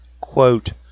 quote